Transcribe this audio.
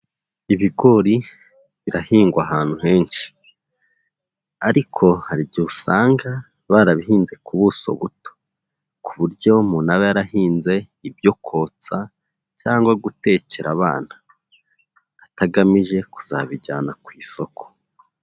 Ibigori birahingwa ahantu henshi ariko hari igihe usanga barabihinze ku buso buto ku buryo umuntu aba yarahinze ibyo kotsa cyangwa gutekera abana, atagamije kuzabijyana ku isoko.